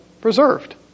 preserved